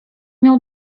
miał